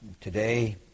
today